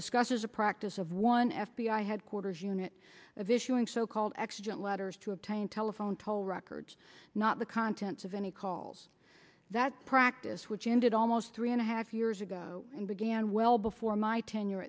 discusses a practice of one f b i headquarters unit of issuing so called exigent letters to obtain telephone toll records not the contents of any calls that practice which ended almost three and a half years ago and began well before my ten